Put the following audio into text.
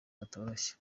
katoroshye